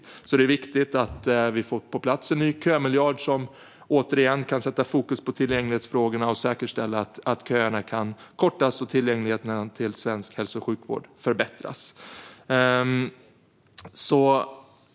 Det är alltså viktigt att vi får en ny kömiljard på plats, som återigen kan sätta fokus på tillgänglighetsfrågorna och säkerställa att köerna kan kortas och tillgängligheten till svensk hälso och sjukvård förbättras.